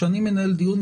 כשאני מנהל דיון,